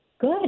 Good